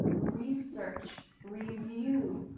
research, review,